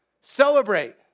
Celebrate